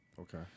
Okay